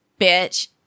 bitch